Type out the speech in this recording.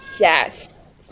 Yes